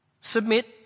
Submit